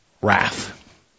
wrath